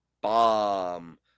Bomb